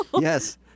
Yes